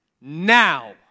Now